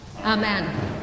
Amen